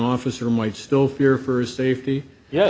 officer might still fear for his safety yeah